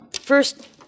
first